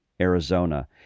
Arizona